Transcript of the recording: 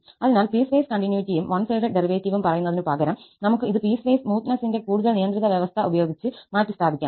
അതിനാൽ പീസ്വൈസ് കണ്ടിന്യൂറ്റിയും one sided ഡെറിവേറ്റീവും പറയുന്നതിനുപകരം നമുക്ക് ഇത് പീസ്വൈസ് സ്മൂത്തനേസിന്റെ കൂടുതൽ നിയന്ത്രിത വ്യവസ്ഥ ഉപയോഗിച്ച് മാറ്റിസ്ഥാപിക്കാം